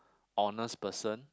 honest person